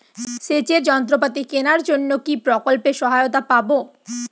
সেচের যন্ত্রপাতি কেনার জন্য কি প্রকল্পে সহায়তা পাব?